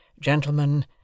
Gentlemen